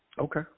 Okay